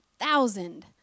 thousand